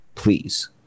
please